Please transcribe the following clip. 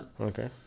Okay